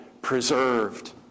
preserved